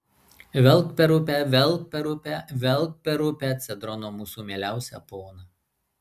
velk per upę velk per upę velk per upę cedrono mūsų mieliausią poną